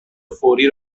فوری